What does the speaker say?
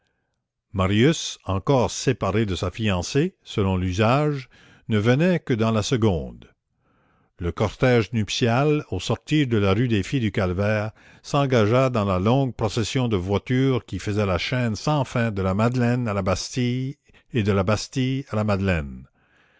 marius encore séparé de sa fiancée selon l'usage ne venait que dans la seconde le cortège nuptial au sortir de la rue des filles du calvaire s'engagea dans la longue procession de voitures qui faisait la chaîne sans fin de la madeleine à la bastille et de la bastille à la madeleine